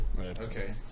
Okay